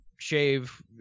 shave